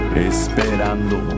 esperando